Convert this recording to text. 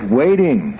waiting